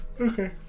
Okay